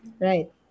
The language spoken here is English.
Right